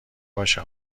باشه